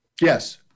yes